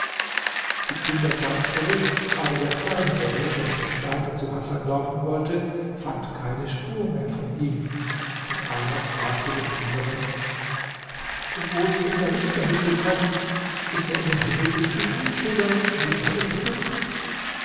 die kinder kamen zurück aber der kleinere welcher mit dem steine zu hasan laufen wollte fand keine spur mehr von ihm und einer fragte den andern wo ist unser richter hingekommen ist er in den himmel gestiegen oder in die erde versunken